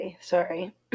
Sorry